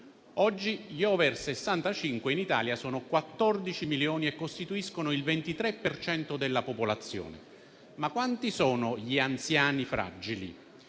Oggi gli *over* 65 in Italia sono 14 milioni e costituiscono il 23 per cento della popolazione, ma quanti sono gli anziani fragili?